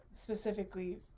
specifically